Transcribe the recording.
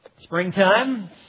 springtime